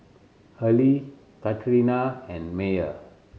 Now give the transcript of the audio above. Arley Katarina and Meyer